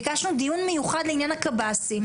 ביקשנו דיון מיוחד לעניין הקב"סים,